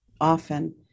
often